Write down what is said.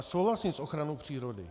Souhlasím s ochranou přírody.